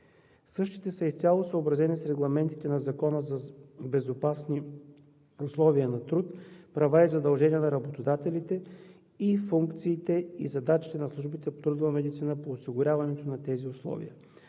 Същите са изцяло съобразени с регламентите на Закона за безопасни условия на труд, права и задължения на работодателите и функциите и задачите на службите по трудова медицина по осигуряването на тези условия.